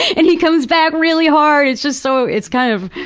and he comes back really hard! it's just so, it's kind of,